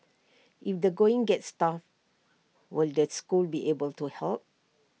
if the going gets tough will the school be able to help